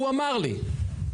הוא אמר לי'.